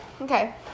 Okay